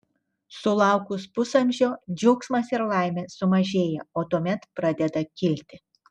sulaukus pusamžio džiaugsmas ir laimė sumažėja o tuomet pradeda kilti